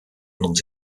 nuns